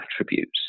attributes